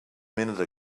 minute